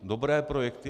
Dobré projekty.